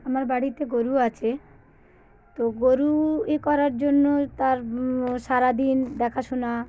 আমার বাড়িতে গরু আছে তো গরু ই করার জন্য তার সারা দিন দেখাশোনা